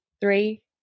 three